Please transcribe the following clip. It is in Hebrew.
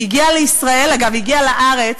היא הגיעה לישראל, אגב, היא הגיעה לארץ,